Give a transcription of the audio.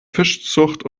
fischzucht